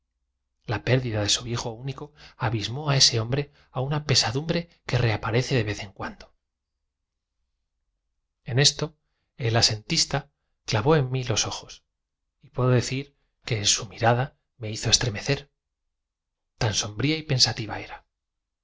la pérdida de su hijo único abismó a ese hombre en facción de los animales rumiantes y al cual habríamos de llamar me una pesadumbre que reaparece de vea en cuando lancolía material de la gastronomía no es de extrañar pues que los en esto el asentista clavó en mí los ojos y puedo decir que su mibiblioteca nacional de españa biblioteca nacional de españa u rada me hizo estremecer tan sombría y pensativa era